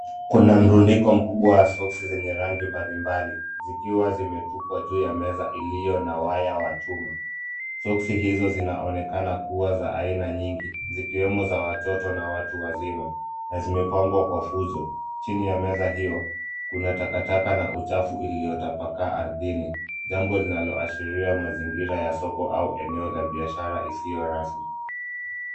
Kuna mrundiko mkubwa wa soksi zenye rangi mbalimbali zikiwa zimetupwa juu ya meza iliyo na waya wa chuma. Soksi hizo zinaonekana kuwa za aina nyingi zikiwemo za watoto na watu wazima na zimepangwa kwa fujo. Chini ya meza hio kuna takataka na uchafu uliotapakaa ardhini, jambo linaloashiria mazingira ya soko au eneo la biashara isiyo rasmi.